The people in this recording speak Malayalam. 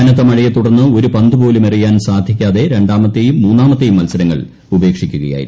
കനത്ത മഴയെ തുടർന്ന് ഒരു പന്ത് പോലും എറിയാൻ സാധിക്കാതെ രണ്ടാമത്തെയും മൂന്നാമത്തെയും മത്സരങ്ങൾ ഉപേക്ഷിക്കുകയായിരുന്നു